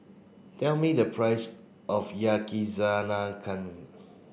tell me the price of Yakizakana